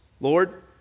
Lord